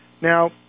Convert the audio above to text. Now